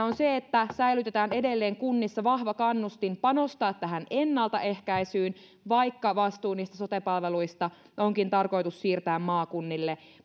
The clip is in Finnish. on se että säilytetään edelleen kunnissa vahva kannustin panostaa tähän ennaltaehkäisyyn vaikka vastuu niistä sote palveluista onkin tarkoitus siirtää maakunnille